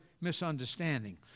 misunderstanding